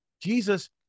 Jesus